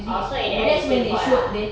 oh so in the end you still bought lah